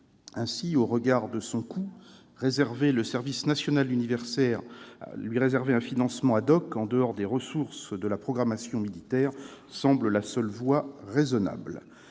Ainsi, au regard de son coût, réserver au service national universel un financement, en dehors des ressources de la programmation militaire, semble la seule voie raisonnable.